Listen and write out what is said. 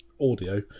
audio